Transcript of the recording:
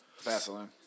Vaseline